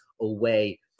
away